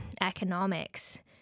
economics